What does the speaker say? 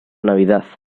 navidad